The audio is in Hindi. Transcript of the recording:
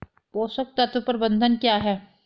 पोषक तत्व प्रबंधन क्या है?